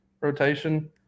rotation